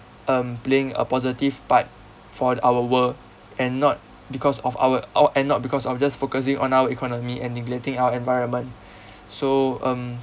um playing a positive part for our world and not because of our our and not because of just focusing on our economy and neglecting our environment so um